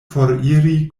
foriri